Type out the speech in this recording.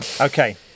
Okay